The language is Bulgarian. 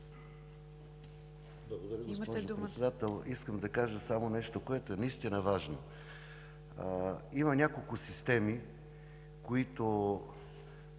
Благодаря, госпожо Председател. Искам да кажа само нещо, което е наистина важно. Има няколко системи,